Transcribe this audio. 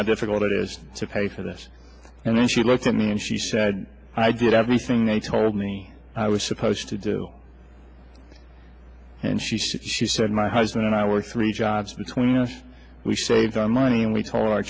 how difficult it is to pay for this and then she looked at me and she said i did everything they told me i was supposed to do and she said she said my husband and i worked three jobs between us we saved our money and we told our